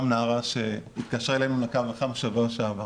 נערה שהתקשרה אלינו לקו החם בשבוע שעבר.